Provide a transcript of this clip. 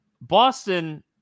Boston